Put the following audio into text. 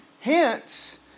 Hence